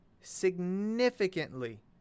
significantly